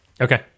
Okay